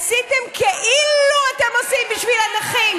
עשיתם כאילו אתם עושים בשביל הנכים,